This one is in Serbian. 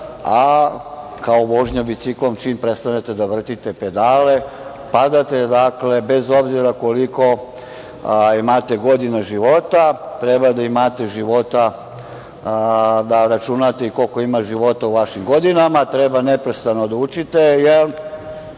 a kao vožnja biciklom, čim prestanete da vrtite pedale padate. Dakle, bez obzira koliko imate godina života, treba da računate koliko ima života u vašim godinama, treba neprestano da učite, jer